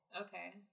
Okay